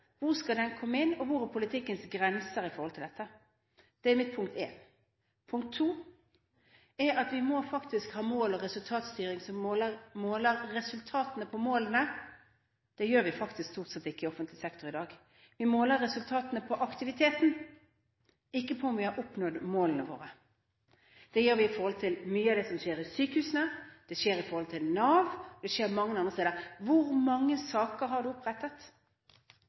Hvor skal den komme inn, og hvor er politikkens grenser i forhold til dette? Dette er mitt punkt 1. Punkt 2 er at vi må ha mål- og resultatstyring som måler resultatene på målene. Det gjør vi faktisk stort sett ikke i offentlig sektor i dag. Vi måler resultatene på aktiviteten, ikke på om vi har oppnådd målene våre. Det gjør vi innen mye av det som skjer i sykehusene, det skjer i Nav, det skjer mange andre steder: Hvor mange saker har du opprettet?